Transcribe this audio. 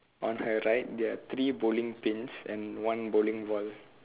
on her right there are three bowling pins and one bowling ball